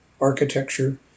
architecture